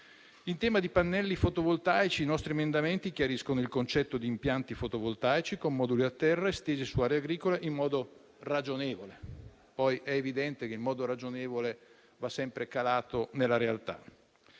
In tema di pannelli fotovoltaici, i nostri emendamenti chiariscono il concetto di impianti fotovoltaici con moduli a terra estesi su aree agricole in modo ragionevole. È evidente che il modo ragionevole va sempre calato nella realtà.